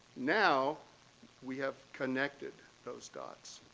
now we have connected those dots.